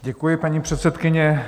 Děkuji, paní předsedkyně.